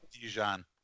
Dijon